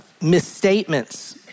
misstatements